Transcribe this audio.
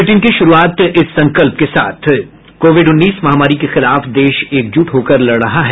bulletin की शुरूआत से पहले ये संकल्प कोविड उन्नीस महामारी के खिलाफ देश एकजुट होकर लड़ रहा है